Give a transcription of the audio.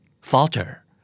Falter